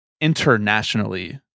internationally